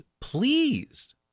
pleased